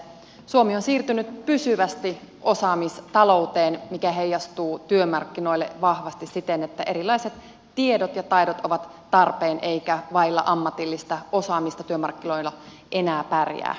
suomi on siirtynyt pysyvästi osaamista louteen mikä heijastuu työmarkkinoille vahvasti siten että erilaiset tiedot ja taidot ovat tarpeen eikä vailla ammatillista osaamista työmarkkinoilla enää pärjää